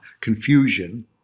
confusion